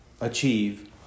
achieve